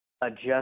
adjust